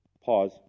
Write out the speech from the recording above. Pause